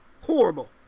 horrible